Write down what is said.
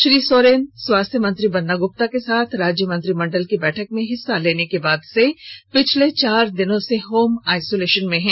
श्री सोरेन स्वास्थ्य मंत्री बन्ना गुप्ता के साथ राज्य मंत्रिमंडल की बैठक में हिस्सा लेने के बाद से पिछले चार दिनों से होम आइसोलेशन में हैं